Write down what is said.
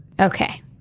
okay